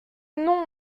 non